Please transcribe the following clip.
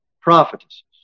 prophetesses